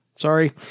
Sorry